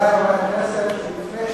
אלה ההסכמות: 80 דקות סיעת